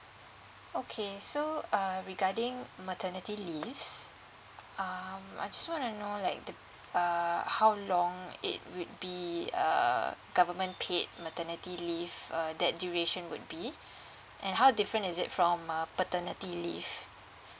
okay so uh regarding maternity leaves um I just wanna know like the err how long it would be err government paid maternity leave uh that duration would be and how different is it from uh paternity leave